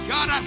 God